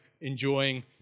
enjoying